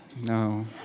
No